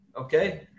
okay